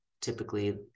typically